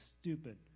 stupid